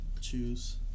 choose